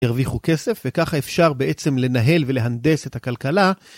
תרוויחו כסף וככה אפשר בעצם לנהל ולהנדס את הכלכלה.